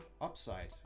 upside